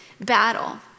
battle